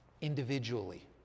individually